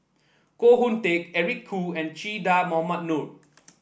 Koh Hoon Teck Eric Khoo and Che Dah Mohamed Noor